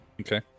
Okay